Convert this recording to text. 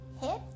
hit